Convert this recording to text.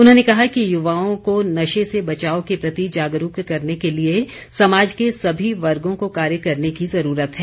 उन्होंने कहा कि युवाओं को नशे से बचाव के प्रति जागरूक करने के लिए समाज के सभी वर्गों को कार्य करने की जरूरत है